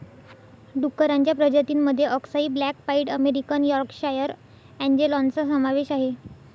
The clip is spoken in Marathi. डुक्करांच्या प्रजातीं मध्ये अक्साई ब्लॅक पाईड अमेरिकन यॉर्कशायर अँजेलॉनचा समावेश आहे